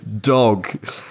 Dog